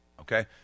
okay